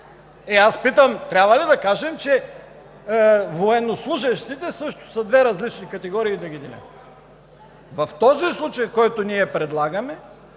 Питам: трябва ли да кажем, че военнослужещите са също две различни категории и да ги делим? В този случай, който ние предлагаме,